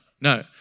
no